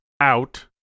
out